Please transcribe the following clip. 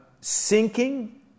sinking